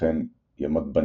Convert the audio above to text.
וכן "ימת בניס"